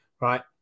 right